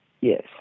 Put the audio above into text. Yes